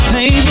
Baby